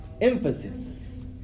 emphasis